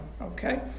okay